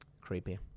Creepy